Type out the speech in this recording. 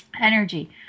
energy